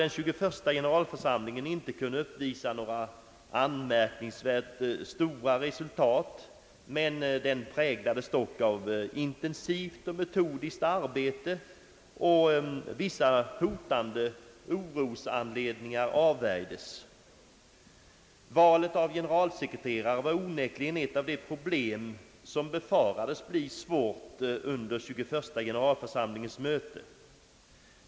den 21:a generalförsamlingen inte kunde uppvisa några anmärkningsvärt stora resultat, men den präglades dock av intensivt och metodiskt arbete, och vissa hotande = orosanledningar avvärjdes. Valet av generalsekreterare var onekligen ett av de problem som befarades bli svårare att lösa under 21:a generalförsamlingens möte.